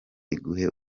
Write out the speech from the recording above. iguhe